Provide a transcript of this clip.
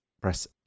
press